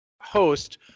host